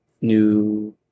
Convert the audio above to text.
new